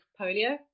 polio